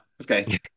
okay